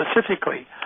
specifically